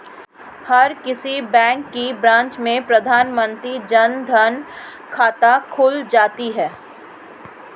हर किसी बैंक की ब्रांच में प्रधानमंत्री जन धन खाता खुल जाता है